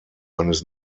eines